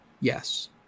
Yes